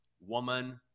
woman